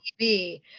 TV